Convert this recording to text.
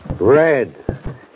Red